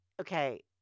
okay